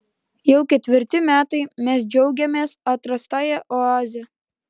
jau ketvirti metai mes džiaugiamės atrastąja oaze